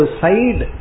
side